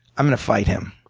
i'm gonna fight him.